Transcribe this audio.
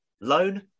loan